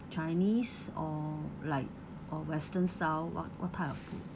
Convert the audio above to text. chinese or like or western south what what type of food